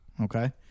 Okay